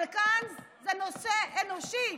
אבל כאן זה נושא אנושי.